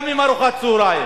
גם עם ארוחת צהריים.